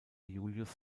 julius